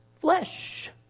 flesh